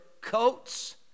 coats